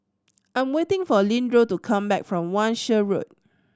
I'm waiting for Leandro to come back from Wan Shih Road